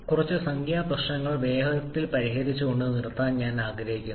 കുറച്ച് സംഖ്യാ പ്രശ്നങ്ങൾ വേഗത്തിൽ പരിഹരിച്ചുകൊണ്ട് ഇത് പൊതിയാൻ ഞാൻ ആഗ്രഹിക്കുന്നു